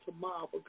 tomorrow